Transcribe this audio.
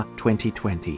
2020